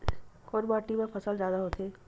कोन माटी मा फसल जादा होथे?